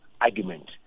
argument